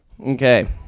Okay